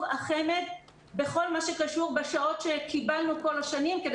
החמ"ד בכל מה שקשור בשעות שקיבלנו כל השנים כדי